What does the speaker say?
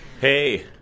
Hey